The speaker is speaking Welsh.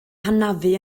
hanafu